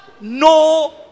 no